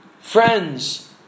Friends